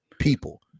people